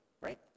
right